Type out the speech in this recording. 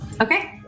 Okay